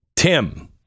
Tim